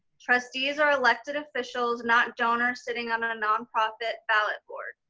trustees are elected officials, not donors sitting on and a nonprofit ballot board.